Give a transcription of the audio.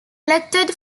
elected